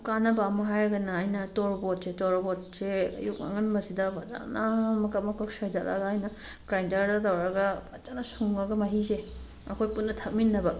ꯌꯥꯝ ꯀꯥꯟꯅꯕ ꯑꯃ ꯍꯥꯏꯔꯒꯅ ꯑꯩꯅ ꯇꯣꯔꯕꯣꯠꯁꯦ ꯇꯣꯔꯕꯣꯠꯁꯦ ꯑꯌꯨꯛ ꯑꯉꯟꯕꯁꯤꯗ ꯐꯖꯅ ꯃꯀꯛ ꯃꯀꯛ ꯁꯣꯏꯗꯠꯂꯒ ꯑꯩꯅ ꯒ꯭ꯔꯥꯏꯟꯗꯔꯗ ꯇꯧꯔꯒ ꯐꯖꯅ ꯁꯨꯝꯃꯒ ꯃꯤꯍꯤꯁꯦ ꯑꯩꯈꯣꯏ ꯄꯨꯟꯅ ꯊꯛꯃꯤꯟꯅꯕ